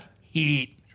heat